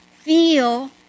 Feel